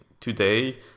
today